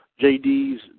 JD's